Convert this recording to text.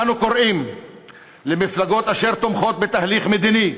אנו קוראים למפלגות אשר תומכות בתהליך מדיני,